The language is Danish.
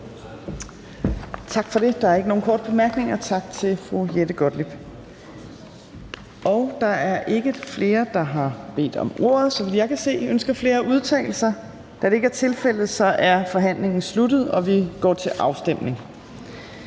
Tak for det. Der er ikke nogen korte bemærkninger. Tak til fru Jette Gottlieb. Så vidt jeg kan se, er der ikke flere, der har bedt om ordet. Ønsker flere at udtale sig? Da det ikke er tilfældet, er forhandlingen sluttet, og vi går til afstemning.